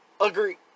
agree